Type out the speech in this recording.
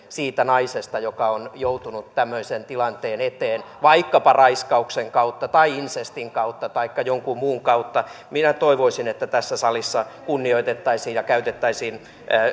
siitä naisesta joka on joutunut tämmöisen tilanteen eteen vaikkapa raiskauksen kautta tai insestin kautta taikka jonkun muun kautta minä toivoisin että tässä salissa kunnioitettaisiin ja käytettäisiin